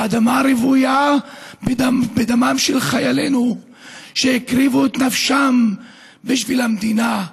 האדמה רוויה בדמם של חיילנו שהקריבו את נפשם בשביל המדינה,